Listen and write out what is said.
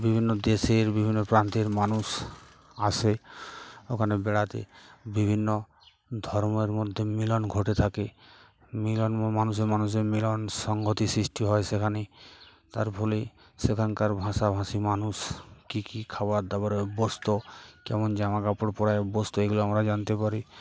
বিভিন্ন দেশের বিভিন্ন প্রান্তের মানুষ আসে ওখানে বেড়াতে বিভিন্ন ধর্মের মধ্যে মিলন ঘটে থাকে মিলন মানুষের মানুষের মিলন সংগতি সৃষ্টি হয় সেখানে তার ফলে সেখানকার ভাষাভাষী মানুষ কী কী খাবার দাবারের অভ্যস্ত কেমন জামা কাপড় পরায় অভ্যস্ত এগুলো আমরা জানতে পারি